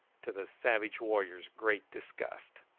to the savage warrior's great disgust.